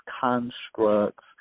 constructs